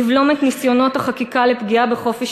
לבלום את ניסיונות החקיקה לפגיעה בחופש